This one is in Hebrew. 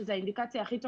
וזו האינדיקציה הכי טובה,